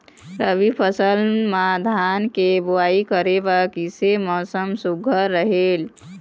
रबी फसल म धान के बुनई करे बर किसे मौसम सुघ्घर रहेल?